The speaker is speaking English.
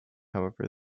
however